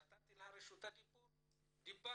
נתתי לך את רשות הדיבור ודיברת,